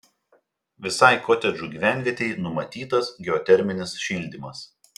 visai kotedžų gyvenvietei numatytas geoterminis šildymas